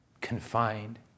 confined